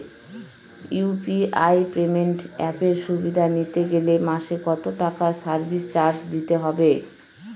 UPI payment অ্যাপের সুবিধা নিতে গেলে মাসে কত টাকা সার্ভিস চার্জ দিতে হবে?